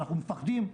אנחנו מפחדים.